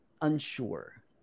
unsure